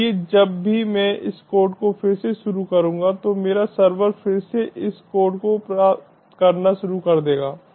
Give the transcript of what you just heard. इसलिए जब भी मैं इस कोड को फिर से शुरू करूंगा तो मेरा सर्वर फिर से इस कोड को प्राप्त करना शुरू कर देगा